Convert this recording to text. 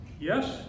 Yes